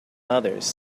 others